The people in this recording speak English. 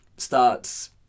starts